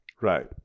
Right